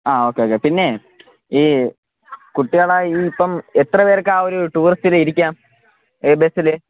ആ okay okay പിന്നെ ഈ കുട്ടികളെ ഈ ഇപ്പം എത്ര പേർക്ക് ആ ഒരു ടൂറിസ്റ്റിൽ ഇരിക്കാം ബസ്സിൽ